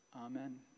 Amen